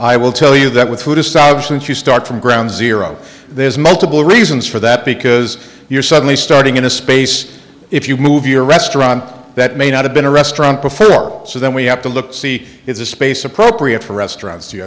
i will tell you that with food establishment you start from ground zero there's multiple reasons for that because you're suddenly starting in a space if you move your restaurant that may not have been a restaurant before or so then we have to look to see if the space appropriate for restaurants